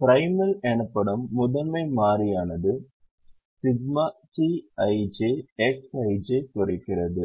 primal எனப்படும் முதன்மை மாறியானது சிக்மா CijXij குறைக்கிறது